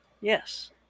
Yes